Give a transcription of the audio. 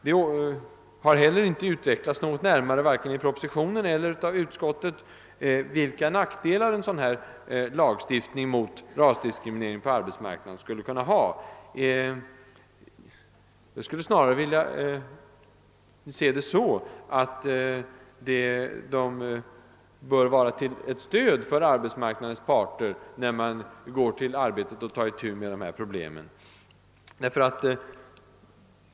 Det har heller inte utvecklats närmare, varken i propositionen eller av utskottet, vilka nackdelar en lagstiftning mot rasdiskriminering på arbetsmarknaden skulle kunna ha. Jag skulle snarare vilja se det så, att en sådan lagstiftning bör vara ett stöd för arbets marknadens parter när de skall ta itu med rasfrågorna.